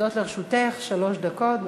עומדות לרשותך שלוש דקות.